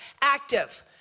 active